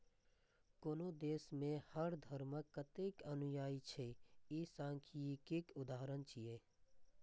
कोनो देश मे हर धर्मक कतेक अनुयायी छै, ई सांख्यिकीक उदाहरण छियै